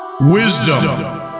Wisdom